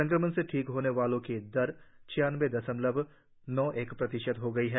संक्रमण से ठीक होने वालों की दर छियानवें दशमलव नौ एक प्रतिशत हो गई है